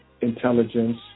intelligence